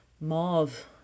mauve